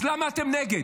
אז למה אתם נגד?